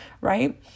right